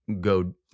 go